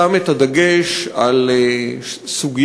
שם את הדגש בסוגיית